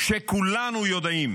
שכולנו יודעים